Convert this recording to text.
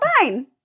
fine